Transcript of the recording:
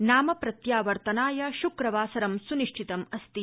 नामप्रत्यवर्तनाय शुक्रवासं सुनिधितमस्ति